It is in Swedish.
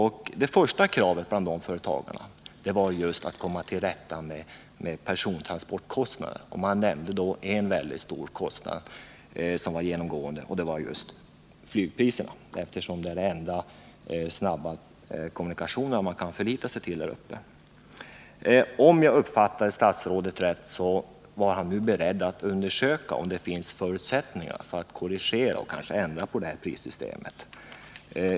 Det första kravet bland dessa företagare gällde just att komma till rätta med persontransportkostnaderna. De nämnde genomgående en mycket stor kostnad, och det var just flygpriserna — flyget är ju den enda snabba kommunikationen man kan förlita sig till där uppe. Om jag uppfattade statsrådet rätt var han nu beredd att undersöka om det finns förutsättningar att korrigera det här prissystemet.